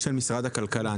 של משרד הכלכלה.